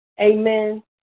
Amen